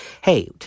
hey